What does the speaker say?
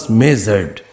measured